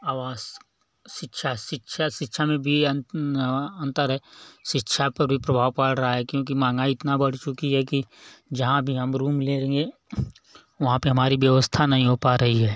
आवास शिक्षा शिक्षा शिक्षा में भी ये अंतर है शिक्षा पर भी प्रभाव पड़ रहा है क्योंकि महँगाई इतना बढ़ चुकी है कि जहाँ भी हम रूम लेंगे वहाँ पर हमारी व्यवस्था नहीं हो पा रही है